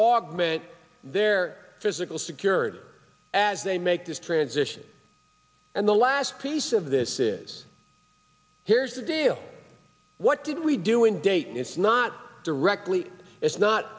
augment their physical secured as they make this transition and the last piece of this is here's the deal what did we do in dayton it's not directly it's not